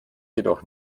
jedoch